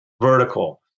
vertical